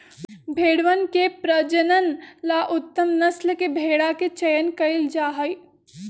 भेंड़वन के प्रजनन ला उत्तम नस्ल के भेंड़ा के चयन कइल जाहई